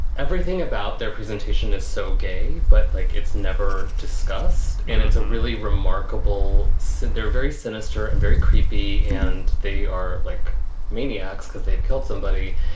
everything about their presentation is so gay. but like, it's never discussed and it's a really remarkable since they're very sinister and very creepy and they are like maniacs because they killed somebody.